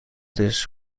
this